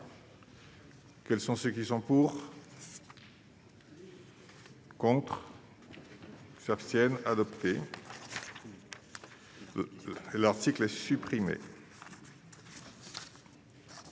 Quels sont ceux qui sont pour. Contre s'abstiennent adopté l'article a supprimé.